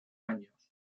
años